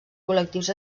col·lectius